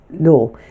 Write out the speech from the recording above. law